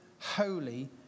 holy